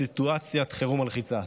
בסיטואציית חירום מלחיצה.